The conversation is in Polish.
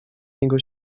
niego